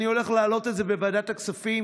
אני הולך להעלות את זה בוועדת הכספים,